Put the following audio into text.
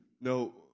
No